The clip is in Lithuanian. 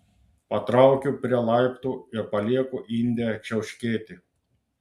patraukiu prie laiptų ir palieku indę čiauškėti